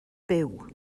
byw